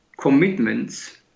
commitments